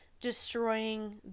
destroying